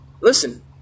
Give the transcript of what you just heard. listen